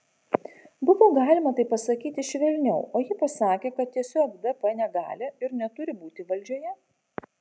buvo galima tai pasakyti švelniau o ji pasakė kad tiesiog dp negali ir neturi būti valdžioje